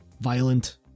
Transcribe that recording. violent